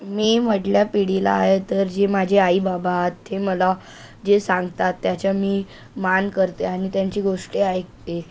मी मधल्या पिढीला आहे तर जे माझे आई बाबा ते मला जे सांगतात त्याचं मी मान करते आणि त्यांची गोष्टी ऐकते